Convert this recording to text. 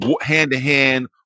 hand-to-hand